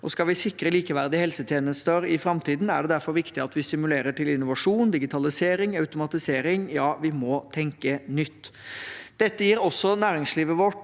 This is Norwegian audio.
Skal vi sikre likeverdige helsetjenester i framtiden, er det derfor viktig at vi stimulerer til innovasjon, digitalisering og automatisering – ja, vi må tenke nytt. Dette gir også næringslivet vårt